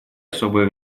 особое